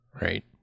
right